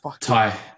Ty